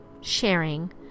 sharing